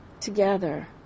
together